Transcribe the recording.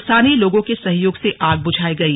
स्थानीय लोगों के सहयोग से आग बुझायी गई